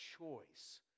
choice